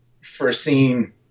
foreseen